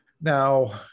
now